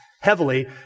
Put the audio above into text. heavily